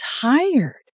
tired